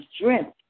strength